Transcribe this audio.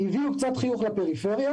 הביאו קצת חיוך לפריפריה